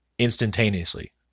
instantaneously